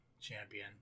champion